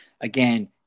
again